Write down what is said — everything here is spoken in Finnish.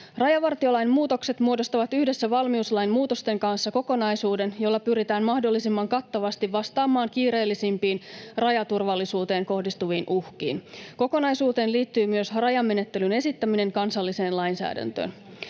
Rajavartiolain muutokset muodostavat yhdessä valmiuslain muutosten kanssa kokonaisuuden, jolla pyritään mahdollisimman kattavasti vastaamaan kiireellisimpiin rajaturvallisuuteen kohdistuviin uhkiin. Kokonaisuuteen liittyy myös rajamenettelyn esittäminen kansalliseen lainsäädäntöön.